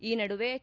ಈ ನಡುವೆ ಕೆ